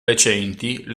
recenti